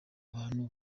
abantu